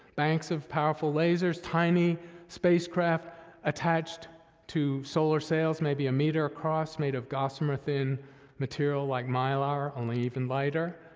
banks of powerful lasers, tiny spacecraft attached to solar sails maybe a meter across, made of gossamer-thin material like mylar, only even lighter,